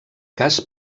cas